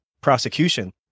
prosecution